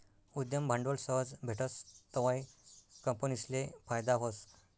उद्यम भांडवल सहज भेटस तवंय कंपनीसले फायदा व्हस